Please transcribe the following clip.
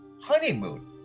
honeymoon